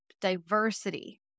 diversity